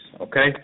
Okay